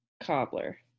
Cobbler